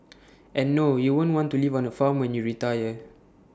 and no you won't want to live on the farm when you retire